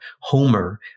Homer